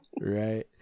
Right